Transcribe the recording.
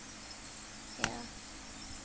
ya